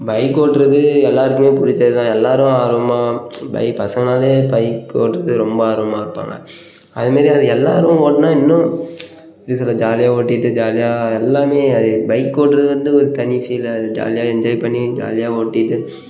bike ஓட்டுறது எல்லோருக்குமே பிடிச்சது தான் எல்லோரும் ஆர்வமாக பை பசங்கள்ன்னாலே பைக் ஓட்டுறது ரொம்ப ஆர்வமாக இருப்பாங்க அது மாரி அது எல்லோரும் ஓட்டினா இன்னும் எப்படி சொல்வது ஜாலியாக ஓட்டிகிட்டு ஜாலியாக எல்லாருமே அது பைக் ஓட்டுறது வந்து ஒரு தனி ஃபீலு அது ஜாலியாக என்ஜாய் பண்ணி ஜாலியாக ஓட்டிகிட்டு